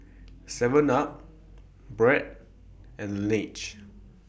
Seven up Braun and Laneige